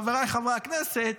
חבריי חברי הכנסת,